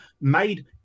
made